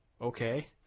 okay